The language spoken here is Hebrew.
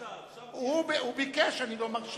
לקטאר, שם, הוא ביקש, אני לא מרשה.